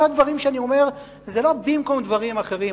כל הדברים שאני אומר זה לא במקום דברים אחרים.